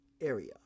area